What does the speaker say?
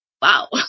Wow